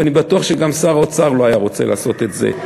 ואני בטוח שגם שר האוצר לא היה רוצה לעשות את זה.